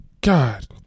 God